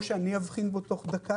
או שאני אבחין בו תוך דקה